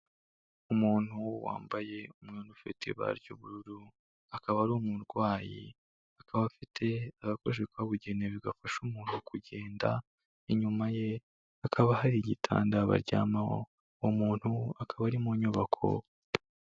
Umuntu wambaye umwenda ufite ibara ry'ubururu, akaba ari umurwayi, akaba afite agakoresho kabugenewe gafasha umuntu kugenda, inyuma ye hakaba hari igitanda baryamaho, uwo muntu akaba ari mu nyubako.